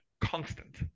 constant